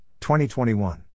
2021